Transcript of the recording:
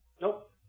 Nope